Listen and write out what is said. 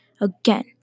Again